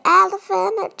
elephant